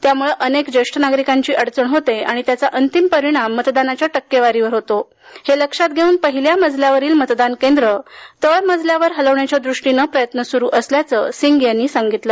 त्यामुळं अनेक ज्येष्ठ नागरिकांची अडचण होते आणि त्याचा अंतिम परिणाम मतदानाच्या टक्केवारीवर होतो हे लक्षात घेऊन पहिल्या मजल्यावरील मतदान केंद्रं तळ मजल्यावर हलवण्याच्या दृष्टीनं प्रयत्न सुरू असल्याचं सिंग यांनी सांगितलं